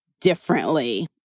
differently